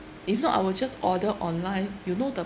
if not I will just order online you know the